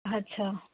अच्छा